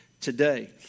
today